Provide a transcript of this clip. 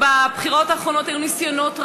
בבחירות האחרונות היו ניסיונות רבים,